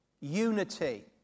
Unity